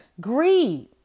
Greed